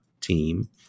team